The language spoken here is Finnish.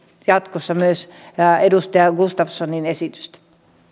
jatkossa myös edustaja gustafssonin esitystä